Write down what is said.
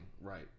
right